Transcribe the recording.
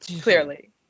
clearly